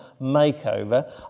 makeover